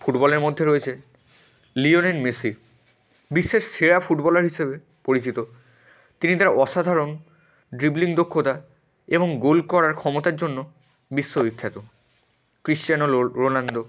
ফুটবলের মধ্যে রয়েছে লিওনেন মেসি বিশ্বের সেরা ফুটবলার হিসেবে পরিচিত তিনি তার অসাধারণ ড্রিবলিং দক্ষতা এবং গোল করার ক্ষমতার জন্য বিশ্ব বিখ্যাত ক্রিশ্চিয়ানো লো রোনাল্ডো